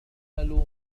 أجمل